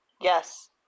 Yes